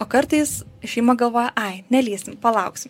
o kartais šeima galvoja ai nelįsim palauksim